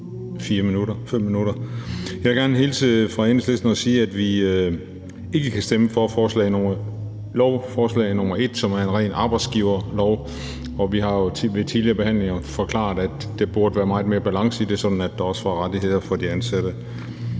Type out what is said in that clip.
5 minutter. Jeg vil gerne hilse fra Enhedslisten og sige, at vi ikke kan stemme for forlængelsen af den første lov, fordi det er et rent arbejdsgiverforslag. Vi har jo ved tidligere behandlinger forklaret, at der burde være meget mere balance i det, sådan at der også var rettigheder for de ansatte.